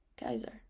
Geyser